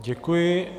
Děkuji.